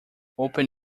open